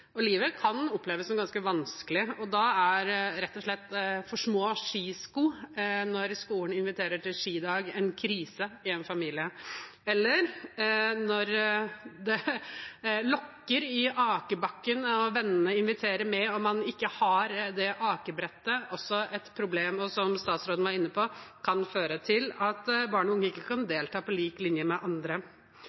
livet kan oppleves som ganske vanskelig, og da er rett og slett for små skisko når skolen inviterer til skidag, en krise i en familie. Eller: Når det lokker i akebakken og vennene inviterer med og man ikke har det akebrettet, da er det også et problem som, som statsråden var inne på, kan føre til at barn og unge ikke kan delta på lik linje med andre.